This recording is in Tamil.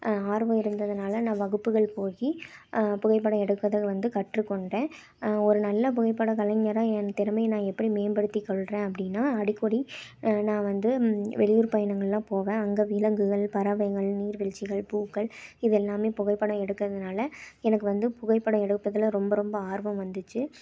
ஆர்வம் இருந்ததனால நான் வகுப்புகள் போய் புகைப்படம் எடுப்பதை வந்து கற்றுகொண்டேன் ஒரு நல்ல புகைப்படம் கலைஞராக என் திறமையை நான் எப்படி மேம்படுத்திக்கொள்கிறேன் அப்படின்னா அடிக்கடி நான் வந்து வெளியூர் பயணங்கள்லாம் போவேன் அங்கே விலங்குகள் பறவைங்கள் நீர்வீழ்ச்சிகள் பூக்கள் இது எல்லாமே புகைப்படம் எடுக்கிறதுனால எனக்கு வந்து புகைப்படம் எடுப்பதில் ரொம்ப ரொம்ப ஆர்வம் வந்துச்சு